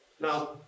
now